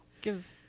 give